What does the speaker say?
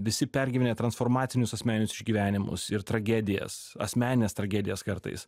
visi pergyvenę transformacinius asmeninius išgyvenimus ir tragedijas asmenines tragedijas kartais